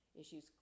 Issues